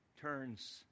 turns